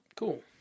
Cool